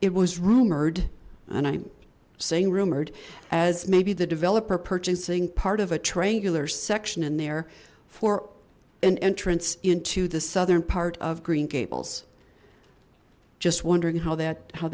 it was rumored and i'm saying rumored as maybe the developer purchasing part of a triangular section in there for an entrance into the southern part of green gables just wondering how that how